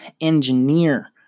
engineer